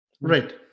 Right